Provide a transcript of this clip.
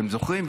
אתם זוכרים?